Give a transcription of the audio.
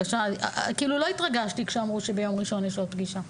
לא התרגשתי כשאמרו שביום ראשון יש עוד פגישה,